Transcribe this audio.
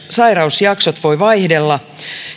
sairausjaksot voivat vaihdella